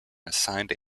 assigned